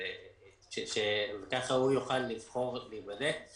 אני חושב שיש לזה השלכות בראש ובראשונה על בריאות הציבור,